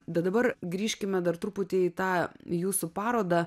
bet dabar grįžkime dar truputį į tą jūsų parodą